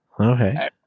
Okay